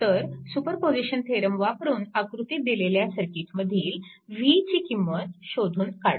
तर superposition theorem वापरून आकृतीत दिलेल्या सर्किटमधील v ची किंमत शोधून काढा